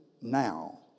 now